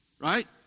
Right